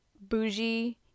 bougie